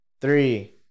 Three